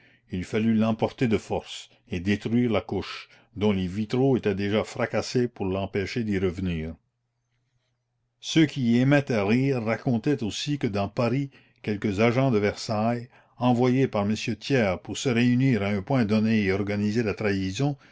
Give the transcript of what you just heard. il fallut l'emporter de force et détruire la couche dont les vitraux étaient déjà fracassés pour l'empêcher d'y revenir ceux qui aimaient à rire racontaient aussi que dans paris quelques agents de versailles envoyés par m thiers pour se réunir à un point donné et organiser la trahison